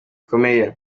bikomeye